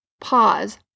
pause